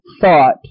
thought